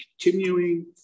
continuing